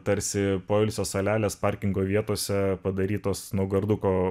tarsi poilsio salelės parkingo vietose padarytos naugarduko